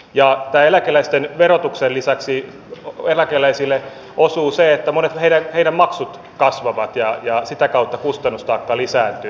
ja tämän eläkeläisten verotuksen lisäksi eläkeläisille osuu se että monet heidän maksuistaan kasvavat ja sitä kautta kustannustaakka lisääntyy